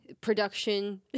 production